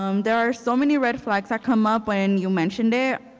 um there are so many red flags that come up when you mentioned it,